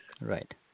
Right